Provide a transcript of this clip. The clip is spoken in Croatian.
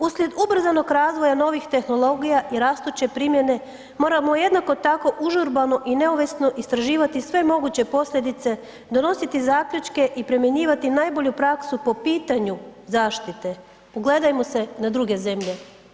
Uslijed ubrzanog razvoja novih tehnologija i rastuće primjene, moramo jednako tako užurbano i neovisno istraživati sve moguće posljedice, donositi zaključke i primjenjivati najbolju praksu po pitanju zaštite, ugledajmo se na druge zemlje.